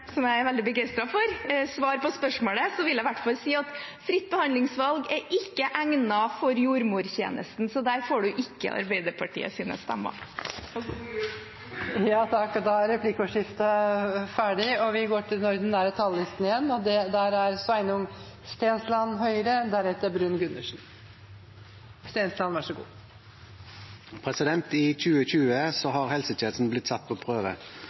og jeg var klar til å slutte meg fullt og helt til det! For likevel å innrømme representanten Lønseth – som jeg er veldig begeistret for – svar på spørsmålet, vil jeg i hvert fall si at fritt behandlingsvalg ikke er egnet for jordmortjenesten. Så der får du ikke Arbeiderpartiets stemmer. Og god jul! Da er replikkordskiftet ferdig. I 2020 har helsetjenesten blitt satt på prøve